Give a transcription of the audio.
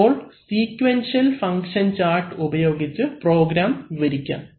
അപ്പോൾ sequential function chart ഉപയോഗിച്ച് program വിവരിക്കാം